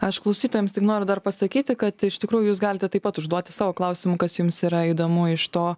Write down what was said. aš klausytojams tik noriu dar pasakyti kad iš tikrųjų jūs galite taip pat užduoti savo klausimų kas jums yra įdomu iš to